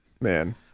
Man